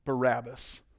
Barabbas